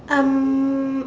um